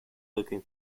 looking